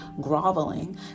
groveling